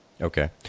Okay